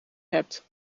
hebt